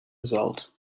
result